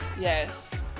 Yes